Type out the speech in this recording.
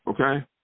Okay